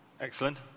Excellent